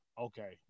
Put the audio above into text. okay